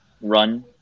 run